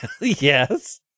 Yes